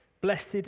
Blessed